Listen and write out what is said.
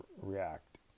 react